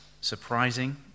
surprising